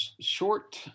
Short